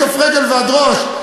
מכף רגל ועד ראש,